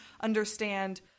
understand